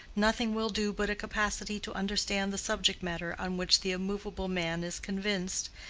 nothing will do but a capacity to understand the subject-matter on which the immovable man is convinced,